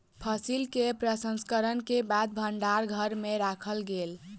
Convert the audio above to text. फसिल के प्रसंस्करण के बाद भण्डार घर में राखल गेल